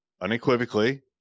unequivocally